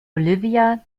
olivia